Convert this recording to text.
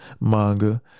manga